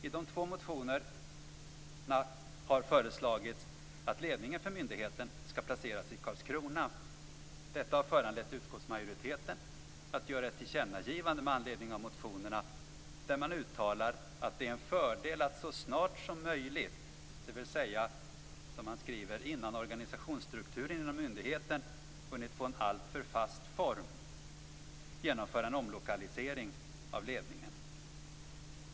I de två motionerna har föreslagits att ledningen för myndigheten skall placeras i Karlskrona. Detta har föranlett utskottsmajoriteten att göra ett tillkännagivande med anledning av motionerna där man uttalar att det är en fördel att så snart som möjligt - dvs. innan organisationsstrukturen inom myndigheten hunnit få en alltför fast form - genomföra en omlokalisering av ledningen.